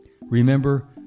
Remember